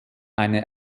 eine